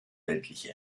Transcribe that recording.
weltliche